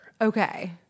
Okay